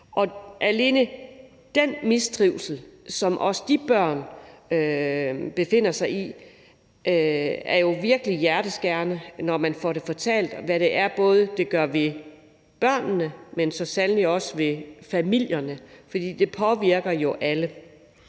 Og alene den mistrivsel, som også de børn befinder sig i, er jo virkelig hjerteskærende, når man får det fortalt og hører, hvad det både gør ved børnene, men så sandelig også ved familierne, for det påvirker jo alle.